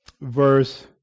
verse